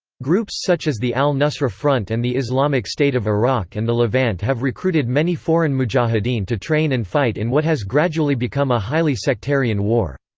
groups such as the al-nusra front and the islamic state of iraq and the levant have recruited many foreign mujahideen to train and fight in what has gradually become a highly sectarian war.